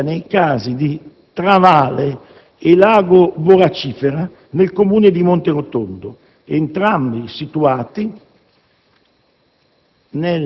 ossia nei casi di Travale e Lago Boracifera, nel Comune di Monterotondo, entrambi situati